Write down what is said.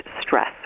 stress